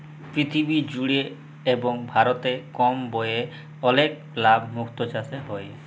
পীরথিবী জুড়ে এবং ভারতে কম ব্যয়ে অলেক লাভ মুক্ত চাসে হ্যয়ে